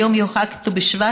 היום חג ט"ו בשבט.